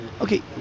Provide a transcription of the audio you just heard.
Okay